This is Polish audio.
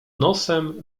nosem